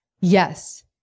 yes